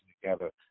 together